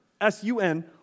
S-U-N